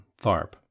Tharp